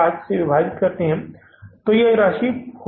15 से विभाजित तो यह राशि कितनी होगी